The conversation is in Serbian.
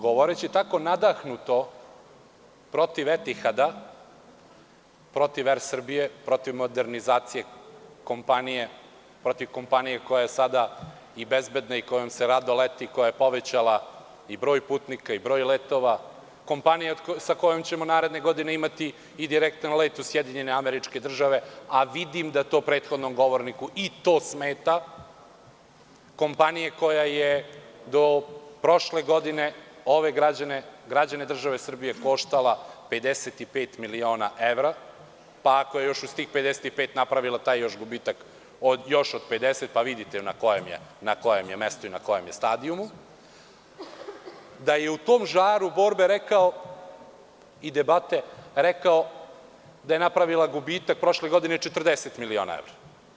Govoreći tako nadahnuto protiv „Etihada“, protiv „Er Srbije“, protiv modernizacije kompanije koja je sada bezbedna i kojom se rado leti, koja je povećala i broj putnika i broj letova, kompanija sa kojom ćemo naredne godine imati i direktan let u SAD, a vidim da to prethodnom govorniku smeta, kompanije koja je do prošle godine ove građane, građane države Srbije koštala 55 miliona evra, pa ako još uz tih 55 je napravila taj gubitak od još 50, pa vidite na kom mestu je i u kom stadijumu, da je u tom žaru borbe i debate rekao da je napravila gubitak prošle godine 40 miliona evra.